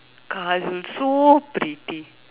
Kajol look so pretty